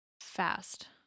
fast